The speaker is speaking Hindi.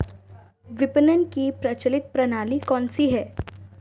विपणन की प्रचलित प्रणाली कौनसी है?